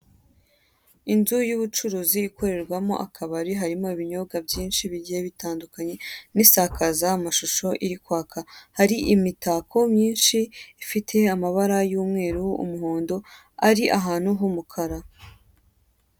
Inzu y'ubucuruzi ikorerwamo akabari harimo ibinyobwa byinshi bigiye bitandukanye n'isakazamashusho iri kwaka hari imitako myinshi ifite amabara y'umweru, umuhondo ari ahantu h'umukara.